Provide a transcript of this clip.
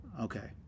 okay